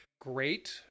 great